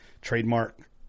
trademark